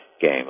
game